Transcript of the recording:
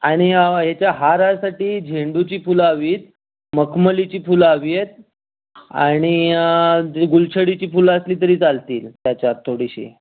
आणि याच्या हारासाठी झेंडूची फुलं हवी आहेत मखमलीची फुलं हवी आहेत आणि ज गुलछडीची फुलं असली तरी चालतील त्याच्यात थोडीशी